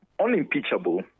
unimpeachable